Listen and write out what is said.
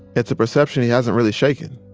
it's a perception he hasn't really shaken.